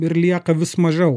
ir lieka vis mažiau